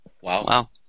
Wow